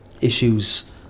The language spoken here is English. issues